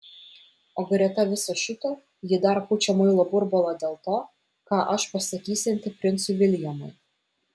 o greta viso šito ji dar pučia muilo burbulą dėl to ką aš pasakysianti princui viljamui